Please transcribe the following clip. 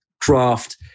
craft